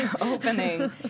opening